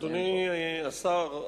אדוני השר,